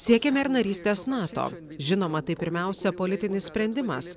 siekiame ir narystės nato žinoma tai pirmiausia politinis sprendimas